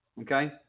Okay